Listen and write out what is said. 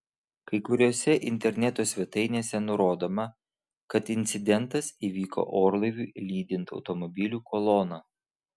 kai kuriose interneto svetainėse nurodoma kad incidentas įvyko orlaiviui lydint automobilių koloną